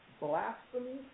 blasphemy